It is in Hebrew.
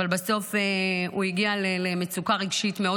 אבל בסוף הוא הגיע למצוקה רגשית מאוד